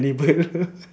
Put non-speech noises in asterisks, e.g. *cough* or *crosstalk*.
cannibal *laughs*